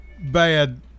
bad